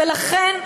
ולכן,